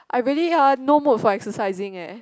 I really ah no mood for exercising eh